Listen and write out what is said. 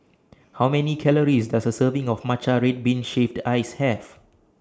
How Many Calories Does A Serving of Matcha Red Bean Shaved Ice Have